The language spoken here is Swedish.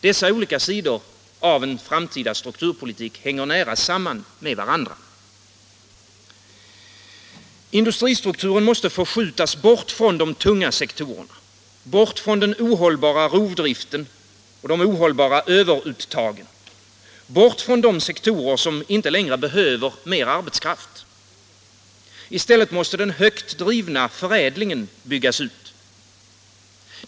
Dessa olika sidor av en framtida strukturpolitik hänger nära samman med varandra. Industristrukturen måste förskjutas bort från de tunga sektorerna, bort 29 från den ohållbara rovdriften och från överuttagen, bort från de sektorer som inte behöver mer arbetskraft. I stället måste den högt drivna förädlingen byggas ut.